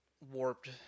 warped